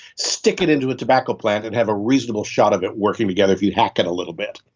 stick it into a tobacco plant, and have a reasonable shot of it working together if you hack it a little bit.